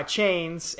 Chains